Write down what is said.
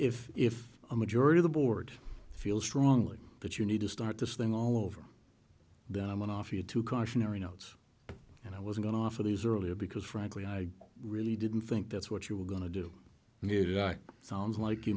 if if a majority the board feels strongly that you need to start this thing all over then i'm going to offer you two cautionary notes and i was going to offer these earlier because frankly i really didn't think that's what you were going to do here that sounds like you